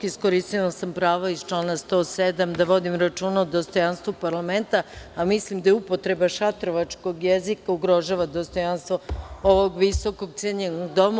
Iskoristila sam pravo iz člana 107. da vodim računa o dostojanstvu parlamenta, a mislim da upotreba šatrovačkog jezika ugrožava dostojanstvo ovog visokog, cenjenog doma.